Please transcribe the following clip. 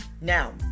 Now